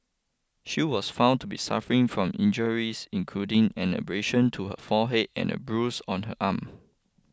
she was found to be suffering from injuries including an abrasion to her forehead and a bruise on her arm